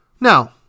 now